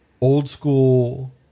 old-school